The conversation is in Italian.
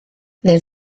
nel